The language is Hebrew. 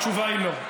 התשובה היא לא.